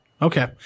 Okay